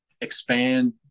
expand